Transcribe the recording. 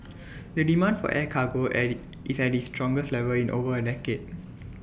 the demand for air cargo at IT is at its strongest level in over A decade